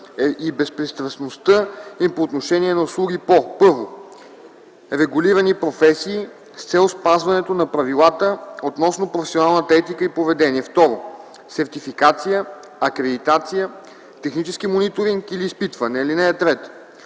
и безпристрастността им по отношение на услуги по: 1. регулирани професии, с цел спазването на правилата относно професионалната етика и поведение; 2. сертификация, акредитация, технически мониторинг или изпитване. (3)